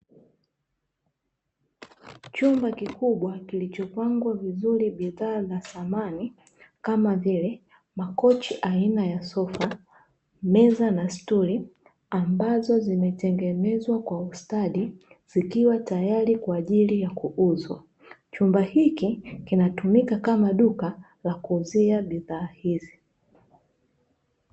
Chumba kikubwa kilichopangwa vizuri bidhaa za samani, kama vile makochi aina sofa, meza na stuli, ambazo zimetengenezwa Kwa ustadi, zikiwa tayari kwaajili ya kuuzwa, chumba hiki kinatumika kama duka la kuuzia bidhaa hizi.